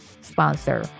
sponsor